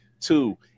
two